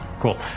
Cool